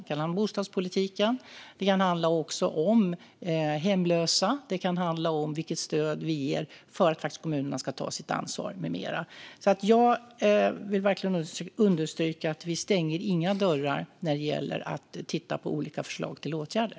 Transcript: Det kan handla om bostadspolitiken, det kan handla om hemlösa och det kan handla om vilket stöd vi ger för att kommunerna ska ta sitt ansvar med mera. Jag vill verkligen understryka att vi inte stänger några dörrar när det gäller att titta på olika förslag till åtgärder.